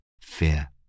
fear